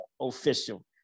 official